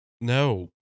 No